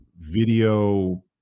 video